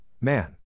man